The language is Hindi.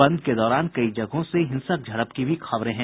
बंद के दौरान कई जगहों से हिंसक झड़प की भी खबरें हैं